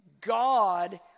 God